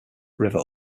river